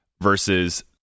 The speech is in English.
versus